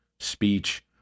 speech